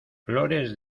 flores